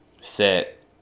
set